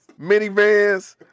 minivans